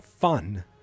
fun